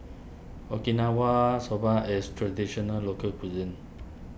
Okinawa Soba is Traditional Local Cuisine